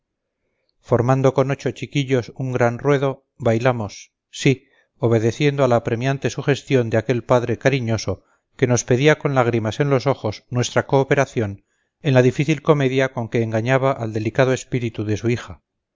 formando con ocho chiquillos un gran ruedo bailamos sí obedeciendo a la apremiante sugestión de aquel padre cariñoso que nos pedía con lágrimas en los ojos nuestra cooperación en la difícil comedia con que engañaba al delicado espíritu de su hija